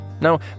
Now